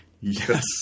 Yes